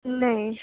نہیں